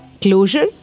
closure